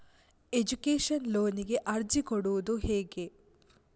Education ಲೋನಿಗೆ ಅರ್ಜಿ ಕೊಡೂದು ಹೇಗೆ?